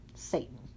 satan